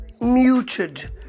muted